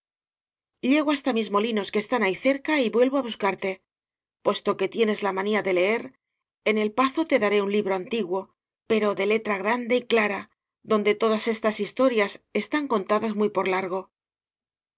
llego hasta mis molinos que están ahí cerca y vuelvo á buscarte puesto que tie nes la manía de leer en el pazo te daré un libro antiguo pero de letra grande y clara donde todas estas historias están contadas muy por largo